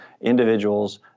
individuals